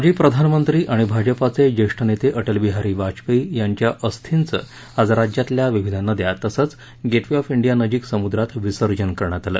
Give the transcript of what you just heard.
माजी प्रधानमंत्री आणि भाजपचे जेष्ठ नेते अटल वाजपेयी यांच्या अस्थींचे आज राज्यातल्या विविध नद्या तसंच गेट वे ऑफ इंडिया नजीक समुद्रात विसर्जन करण्यात आलं